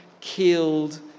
killed